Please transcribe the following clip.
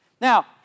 Now